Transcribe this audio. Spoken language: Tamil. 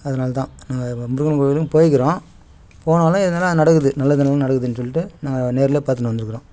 அதனால் தான் முருகன் கோயிலுக்கும் போயிக்கிறோம் போனாலே எதுனா நடக்குது நல்லது என்னமோ நடக்குதுன்னு சொல்லிட்டு நாங்கள் நேரில் பார்த்துன்னு வந்துருக்கிறோம்